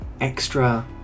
extra